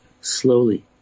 slowly